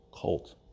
cult